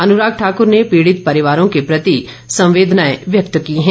अनुराग ठाक्र ने पीड़ित परिवारों के प्रति संवेदनाएं व्यक्त की हैं